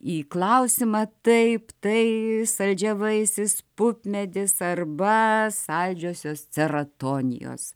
į klausimą taip tai saldžiavaisis pupmedis arba saldžiosios ceratonijos